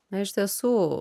na iš tiesų